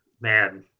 man